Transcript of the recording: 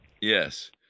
Yes